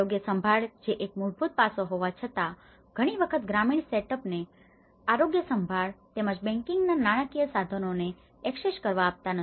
આરોગ્ય સંભાળ જે એક મૂળભૂત પાસો હોવા છતાં પણ ઘણી વખત ગ્રામીણ સેટઅપને setup સુયોજન આરોગ્ય સંભાળ તેમજ બેન્કિંગના નાણાકીય સાધનોને એક્સેસ access પ્રવેશ કરવા આપતા નથી